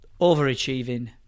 overachieving